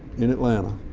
in atlanta,